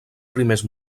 primers